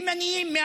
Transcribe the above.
ימנים,